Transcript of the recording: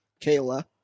Kayla